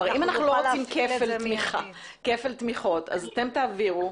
אם אנחנו לא רוצים כפל תמיכות אז אתם תעבירו.